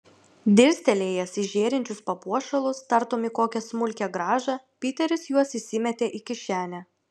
dirstelėjęs į žėrinčius papuošalus tartum į kokią smulkią grąžą piteris juos įsimetė į kišenę